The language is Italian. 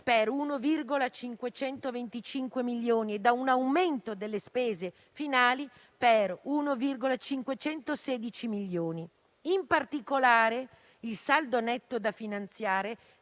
per 1,525 milioni di euro e da un aumento delle spese finali per 1,516 milioni di euro. In particolare, il saldo netto da finanziare